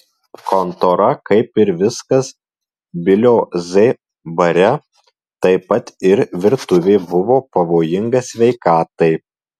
kontora kaip ir viskas bilio z bare taip pat ir virtuvė buvo pavojinga sveikatai